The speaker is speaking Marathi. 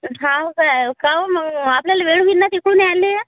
हो काय काहो मग आपल्याला वेळ होईल ना तिकडून यायला